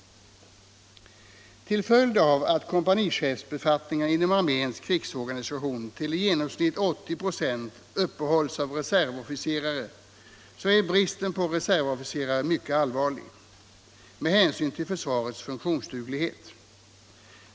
Till följd av att kompanichefsbefattningarna inom arméns krigsorganisation till i genomsnitt 80 96 uppehålls av reservofficerare är bristen på dessa mycket allvarlig med hänsyn till försvarets funktionsduglighet.